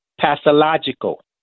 pathological